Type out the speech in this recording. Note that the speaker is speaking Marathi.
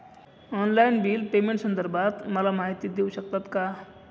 ऑनलाईन बिल पेमेंटसंदर्भात मला माहिती देऊ शकतात का?